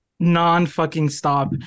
non-fucking-stop